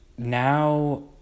Now